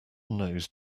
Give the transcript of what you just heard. nose